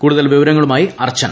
കൂടുതൽ വിവരങ്ങളുമായി അർച്ചന